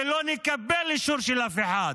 ולא נקבל אישור של אף אחד.